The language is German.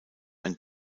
ein